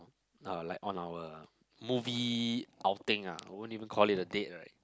uh like on our movie outing ah I won't even call it a date right